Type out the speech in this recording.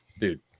Dude